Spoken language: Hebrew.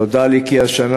נודע לי כי השנה,